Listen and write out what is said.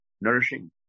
nourishing